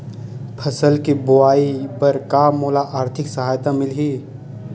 फसल के बोआई बर का मोला आर्थिक सहायता मिलही?